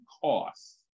cost